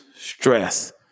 stress